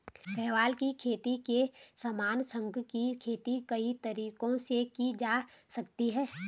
शैवाल की खेती के समान, शंख की खेती कई तरीकों से की जा सकती है